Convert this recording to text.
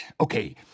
okay